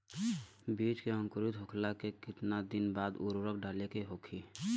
बिज के अंकुरित होखेला के कितना दिन बाद उर्वरक डाले के होखि?